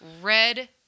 red